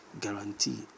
guarantee